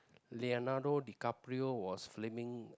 Leonardo DiCaprio was swimming the